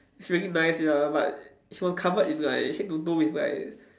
it's really nice ya but if you're covered in like head to toe with like